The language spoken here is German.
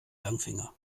langfinger